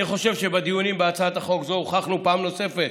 אני חושב שבדיונים בהצעת חוק זו הוכחנו פעם נוספת